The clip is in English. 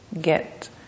get